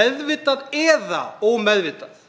meðvitað eða ómeðvitað,